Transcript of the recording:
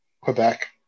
Quebec